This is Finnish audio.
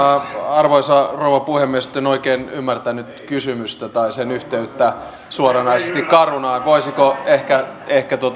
arvoisa rouva puhemies nyt en oikein ymmärtänyt kysymystä tai sen yhteyttä suoranaisesti carunaan voisiko ehkä ehkä